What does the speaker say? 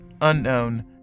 unknown